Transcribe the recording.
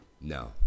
No